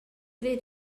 ver